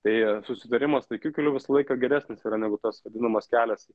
tai susitarimas taikiu keliu visą laiką geresnis negu tos vadinamas kelias į